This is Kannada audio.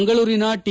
ಮಂಗಳೂರಿನ ಟಿ